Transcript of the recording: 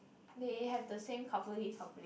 they have the same coupley coupley